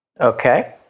Okay